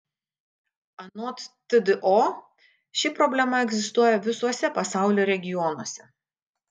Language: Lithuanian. anot tdo ši problema egzistuoja visuose pasaulio regionuose